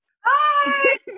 Hi